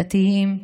דתיים,